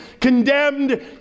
condemned